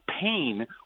pain